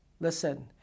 Listen